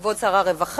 כבוד שר הרווחה,